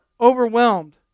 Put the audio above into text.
Overwhelmed